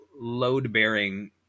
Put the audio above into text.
load-bearing